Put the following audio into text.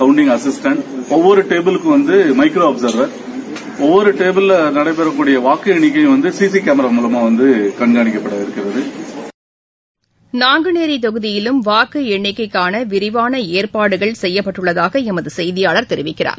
counting assistance ஓவ்வொரு டேபுளுக்கும் micro observer ஒவ்வொரு டேபிளில் நடைபெறவுள்ள வாக்கு எண்ணிக்கையும சிசிடிவி கோரா பூலமா கண்காணிக்கப்பட இருக்கிறகு நாங்குநேரி தொகுதியிலும் வாக்கு எண்ணிக்கைக்கான விரிவான ஏற்பாடுகள் செய்யப்பட்டுள்ளதாக எமது செய்தியாளர் தெரிவிக்கிறார்